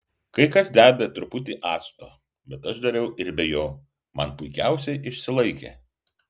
kai kas deda truputį acto bet aš dariau ir be jo man puikiausiai išsilaikė